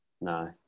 No